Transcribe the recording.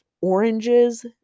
oranges